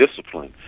discipline